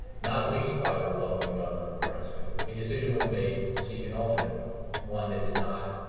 not least by the republican governor of nebraska, a decision was made to seek an alternate route one that did not